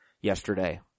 yesterday